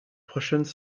prochaines